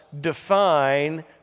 define